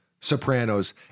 Sopranos